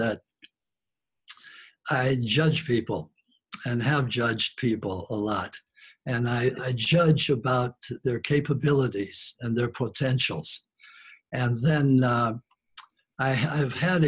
that i judge people and have judge people a lot and i judge about their capabilities and their potential and then i have had